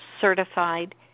certified